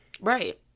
right